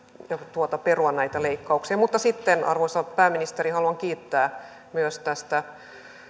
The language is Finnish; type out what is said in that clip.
perua näitä leikkauksia mutta sitten arvoisa pääministeri haluan kiittää tästä